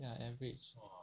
ya average